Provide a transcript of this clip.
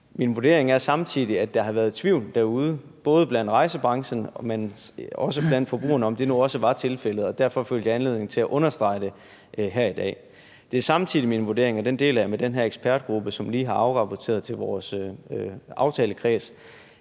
Min vurdering er samtidig, at der har været tvivl derude, både i rejsebranchen, men også blandt forbrugerne, om, hvorvidt det nu også var tilfældet, og derfor følte jeg anledning til at understrege det her i dag. Det er samtidig min vurdering – og den deler jeg med den her ekspertgruppe, som lige har afrapporteret til vores aftalekreds